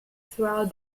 throughout